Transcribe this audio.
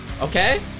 Okay